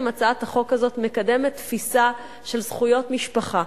הצעת החוק הזאת מקדמת תפיסה של זכויות משפחה,